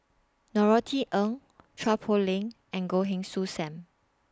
Norothy Ng Chua Poh Leng and Goh Heng Soon SAM